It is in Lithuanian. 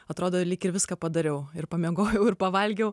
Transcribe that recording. atrodo lyg ir viską padariau ir pamiegojau ir pavalgiau